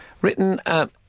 Written